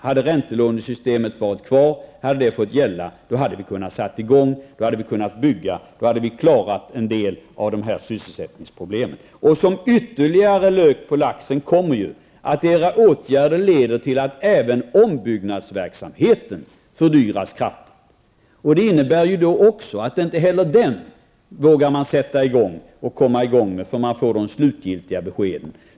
Om räntelånesystemet fortfarande fått gälla hade vi kunnat sätta i gång, då hade vi kunnat bygga, då hade vi kunnat klara en del av sysselsättningsproblemen. Och som ytterligare lök på laxen kommer ju att era åtgärder leder till att även ombyggnadsverksamheten fördyras kraftigt. Det innebär att inte heller den vågar man sätta i gång förrän man får de slutgiltiga beskeden.